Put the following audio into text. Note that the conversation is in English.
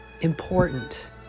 important